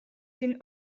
seen